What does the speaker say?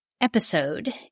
episode